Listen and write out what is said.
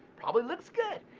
probably looks good.